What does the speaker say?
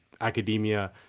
academia